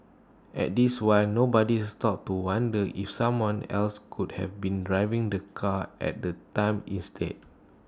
at this one nobody stopped to wonder if someone else could have been driving the car at the time instead